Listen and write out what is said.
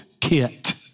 kit